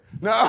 No